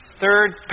third